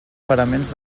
paraments